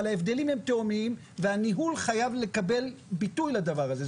אבל ההבדלים הם תהומיים והניהול חייב לקבל ביטוי לדבר הזה.